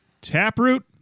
Taproot